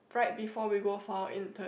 right before we go for our intern